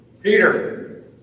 Peter